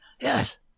Yes